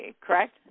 correct